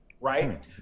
right